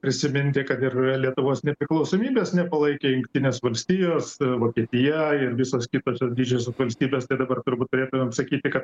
prisiminti kad ir lietuvos nepriklausomybės nepalaikė jungtinės valstijos vokietija ir visos kitos didžiosios valstybės dabar turbūt turėtumėm sakyti kad